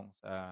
sa